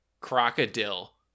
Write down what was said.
crocodile